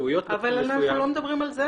רפואיות --- אבל אנחנו לא מדברים על זה.